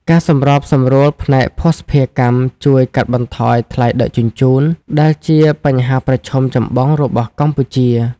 ការសម្របសម្រួលផ្នែកភស្តុភារកម្មជួយកាត់បន្ថយថ្លៃដឹកជញ្ជូន ដែលជាបញ្ហាប្រឈមចម្បងរបស់កម្ពុជា។